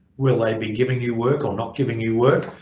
will they be giving you work or not giving you work,